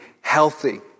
healthy